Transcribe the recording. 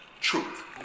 truth